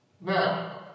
Now